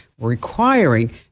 requiring